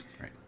Right